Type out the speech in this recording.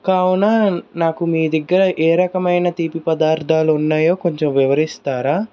కావున నాకు మీ దగ్గర ఏ రకమైన తీపి పదార్ధాలు ఉన్నాయో కొంచెం వివరిస్తారా